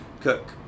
cook